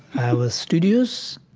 i was studious,